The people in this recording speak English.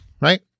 right